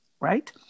right